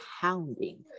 pounding